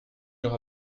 aura